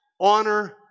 honor